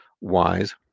wise